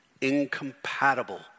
incompatible